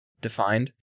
defined